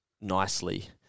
nicely